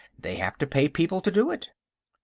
they have to pay people to do it.